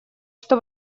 что